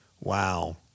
Wow